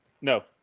No